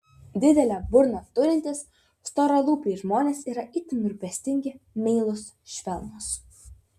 didelę burną turintys storalūpiai žmonės yra itin rūpestingi meilūs švelnūs